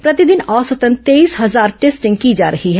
प्रतिदिन औसतन तेईस हजार टेस्टिंग की जा रही है